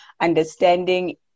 understanding